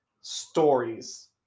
stories